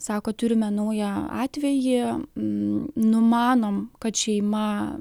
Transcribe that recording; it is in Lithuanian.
sako turime naują atvejį numanom kad šeima